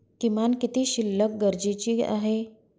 किमान किती शिल्लक गरजेची आहे?